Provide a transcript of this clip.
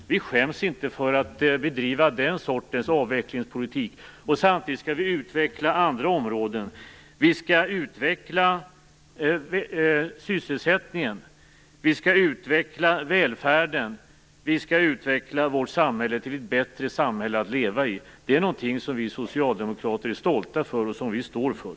Vi skäms inte för att bedriva den sortens avvecklingspolitik. Men samtidigt skall vi utveckla andra områden. Vi skall utveckla sysselsättningen. Vi skall utveckla välfärden. Vi skall utveckla vårt samhälle till ett bättre samhälle att leva i. Det är någonting som vi socialdemokrater är stolta över och som vi står för.